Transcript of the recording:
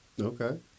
Okay